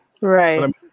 Right